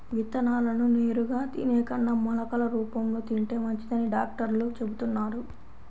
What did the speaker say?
విత్తనాలను నేరుగా తినే కన్నా మొలకలు రూపంలో తింటే మంచిదని డాక్టర్లు చెబుతున్నారు